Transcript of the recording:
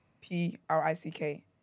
P-R-I-C-K